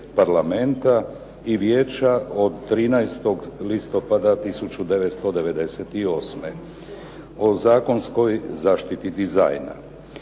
parlamenta i vijeća od 13. listopada 1998. o zakonskoj zaštiti dizajna.